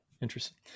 Interesting